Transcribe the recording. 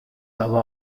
aber